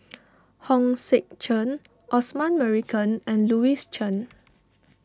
Hong Sek Chern Osman Merican and Louis Chen